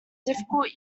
difficult